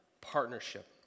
partnership